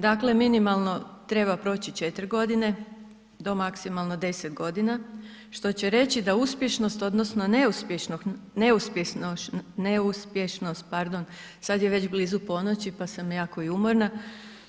Dakle, minimalno treba proći 4 godine do maksimalno 10 godina, što će reći da uspješnost odnosno neuspješnost, pardon, sad je već blizu ponoći pa sam jako i umorna,